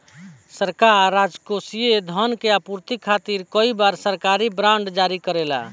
सरकार राजकोषीय धन के पूर्ति खातिर कई बार सरकारी बॉन्ड जारी करेला